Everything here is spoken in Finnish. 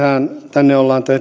tänne ollaan